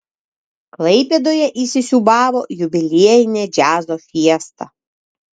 klaipėdoje įsisiūbavo jubiliejinė džiazo fiesta